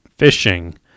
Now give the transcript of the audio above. fishing